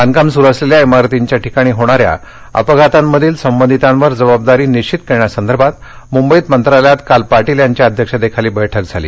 बांधकाम सुरु असलेल्या इमारतींच्या ठिकाणी होणाऱ्या अपघातांमधील संबंधितांवर जबाबदारी निश्वित करण्यासंदर्भात मुंबईत मंत्रालयात काल पाटील यांच्या अध्यक्षतेखाली बैठक झाली